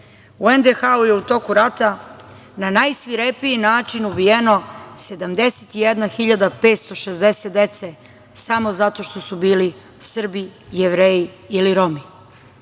U NDH je u toku rata na najsvirepiji način ubijeno 71.560 dece samo zato što su bili Srbi, Jevreji ili Romi.